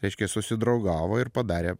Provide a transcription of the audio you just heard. reiškia susidraugavo ir padarė